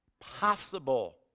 possible